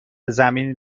زمین